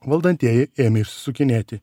valdantieji ėmė išsisukinėti